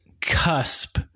cusp